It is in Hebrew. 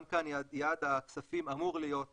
גם כאן יעד הכספים אמור להיות